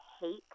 hate